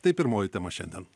tai pirmoji tema šiandien